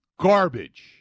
Garbage